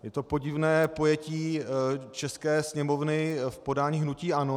Je to podivné pojetí české Sněmovny v podání hnutí ANO.